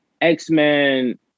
x-men